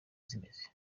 zimeze